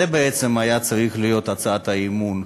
זו בעצם הייתה צריכה להיות הצעת האי-אמון,